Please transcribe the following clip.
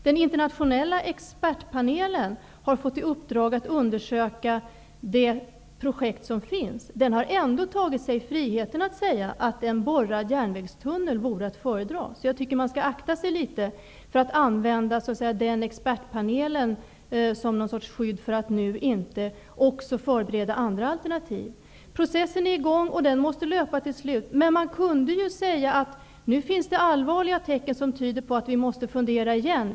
Den internationella expertpanelen har fått i uppdrag att undersöka det projekt som finns. Panelen har ändock tagit sig friheten att säga att en borrad järnvägstunnel vore att föredra. Jag tycker att man skall akta sig litet för att använda expertpanelen som något slags skydd för inte nu förbereda även andra alternativ. Processen är i gång, och den måste löpa till slut. Men det finns nu allvarliga tecken som tyder på att vi måste fundera igen.